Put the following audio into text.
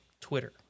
Twitter